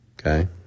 Okay